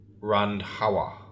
Randhawa